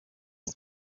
who